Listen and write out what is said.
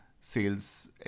sales